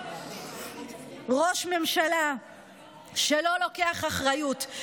ראש ממשלה שלא לוקח אחריות,